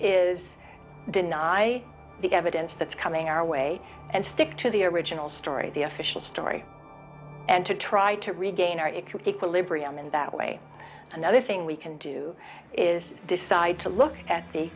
is deny the evidence that's coming our way and stick to the original story the official story and to try to regain our it could be equilibrium in that way another thing we can do is decide to look at